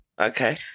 Okay